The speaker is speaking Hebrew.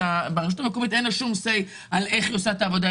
ולרשות המקומית אין שום say על איך היא עושה את העבודה?